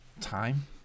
time